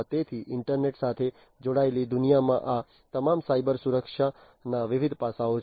તેથી ઈન્ટરનેટ સાથે જોડાયેલી દુનિયામાં આ તમામ સાયબરસુરક્ષાના વિવિધ પાસાઓ છે